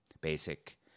basic